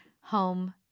home